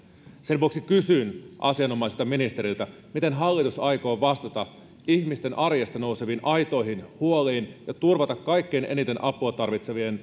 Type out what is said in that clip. sen vuoksi kysyn asianomaiselta ministeriltä miten hallitus aikoo vastata ihmisten arjesta nouseviin aitoihin huoliin ja turvata kaikkein eniten apua tarvitsevien